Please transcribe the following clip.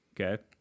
Okay